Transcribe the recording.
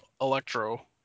Electro